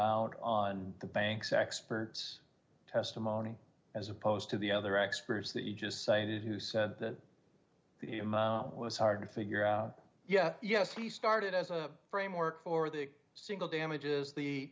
nt on the bank's expert's testimony as opposed to the other experts that you just cited who said that the amount was hard to figure out yet yes we started as a framework for the single damages the